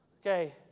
Okay